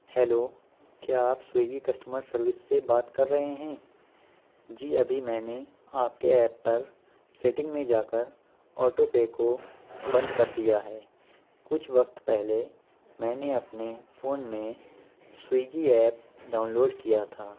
hello کیا آپ Swiggy customer service سے بات کر رہے ہیں جی ابھی میں نے آپ کے ایپ پر سیٹنگ میں جا کر آٹو پے کو بند کر دیا ہے کچھ وقت پہلے میں نے اپنے فون میں سویگی ایپ ڈاؤن لوڈ کیا تھا